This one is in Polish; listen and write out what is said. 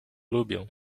lubią